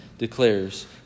declares